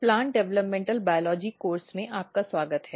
plant development biology course में आपका स्वागत है